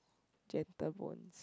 Gentle-Bones